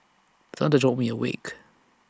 thunder jolt me awake